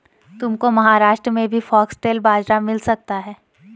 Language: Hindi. तुमको महाराष्ट्र में भी फॉक्सटेल बाजरा मिल सकता है